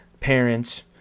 Parents